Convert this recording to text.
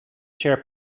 share